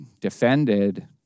defended